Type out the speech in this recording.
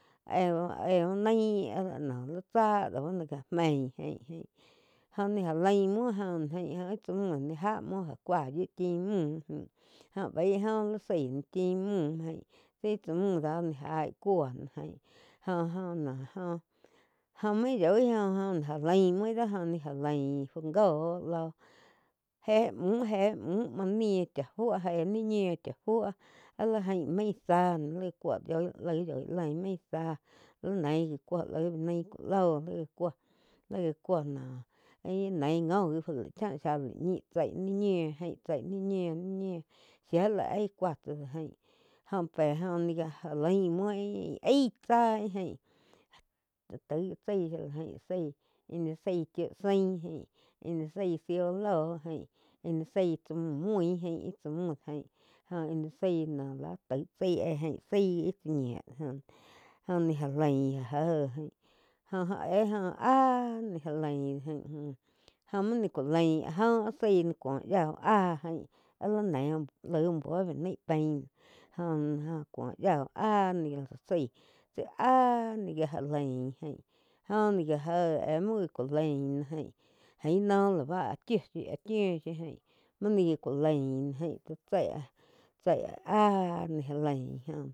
Eu-eu ún nain lí tsá do bá no gá mein jaín jó ni gá lain muo joh náh jaín óh íh tsá múh di jáh muo cúa yíu chin míh jain jóh baí jóh lái zaí chín múh ain tsi íh tsá múh ni gái cúo jo-jo noh jó maíg yói go óh ja lian móu ih dó já lain fu góh lóh éh mún, éh mún nih chá fuo éh ni ñiuh chá fio áh lí jaín main záh li cúo laig yoi lein main záh li neí li cuo laí béh nái kú loh li gá cúo, lí gá cúo noh íh neí ngo gi fu lai cháh zhá laig níh chéi ni ñiu gein ni ñiu shía lá áh cúah tsá do jáin jó péh ni gálaim móu aíh tsáh íh gain. Óh taíg ji tsái shía la jáin zái chíu zaín jaín íh nih zaíh zíu íh ló jaín íh ni zaí tsá múh mui jain íh tsá mún dó jaín íh ni zái la jo taí chái éh zái íh chá ñiú doh óh ni já lain jéh jo-jo éh jo áh ni já lain jaí óh muo ni cú lain áh joh áz zaí ni cúo yá úh áh jain á li neí úh búo be naí pain jóh-joh cúa yiá úh áh ní gá la zaí áh ni gá ja laín jáin jóh ni já jéh éh muo ni kú láin no jain, jaín noh áh ba áh chiu shiu, áh chiu shíu jain muo ni ku lain gain ti tseí-tsei áh ni já láin oh na.